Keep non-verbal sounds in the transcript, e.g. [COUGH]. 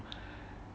[BREATH]